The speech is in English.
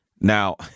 Now